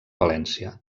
valència